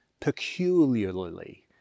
peculiarly